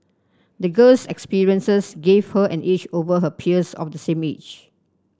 the girl's experiences gave her an edge over her peers of the same age